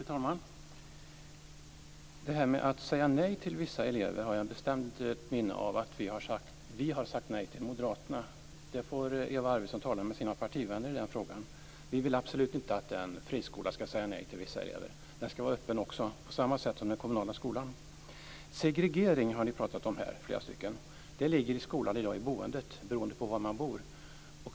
Fru talman! Att man skulle få säga nej till vissa elever har jag ett bestämt minne av att vi moderater har sagt nej till. Om den frågan får Eva Arvidsson tala med sina partivänner. Vi vill absolut inte att en friskola ska säga nej till vissa elever. Den ska vara öppen på samma sätt som den kommunala skolan. Segregering har flera stycken pratat om. Det är för skolans del beroende av var man bor.